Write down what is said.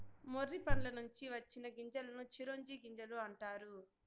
మొర్రి పండ్ల నుంచి వచ్చిన గింజలను చిరోంజి గింజలు అంటారు